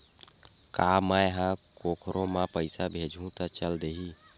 का मै ह कोखरो म पईसा भेजहु त चल देही?